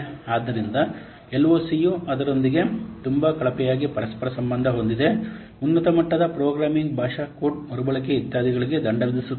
ಆದ್ದರಿಂದ ಎಲ್ಒಸಿಯು ಅವರೊಂದಿಗೆ ತುಂಬಾ ಕಳಪೆಯಾಗಿ ಪರಸ್ಪರ ಸಂಬಂಧ ಹೊಂದಿದೆ ಉನ್ನತ ಮಟ್ಟದ ಪ್ರೋಗ್ರಾಮಿಂಗ್ ಭಾಷಾ ಕೋಡ್ ಮರುಬಳಕೆ ಇತ್ಯಾದಿಗಳಿಗೆ ದಂಡ ವಿಧಿಸುತ್ತದೆ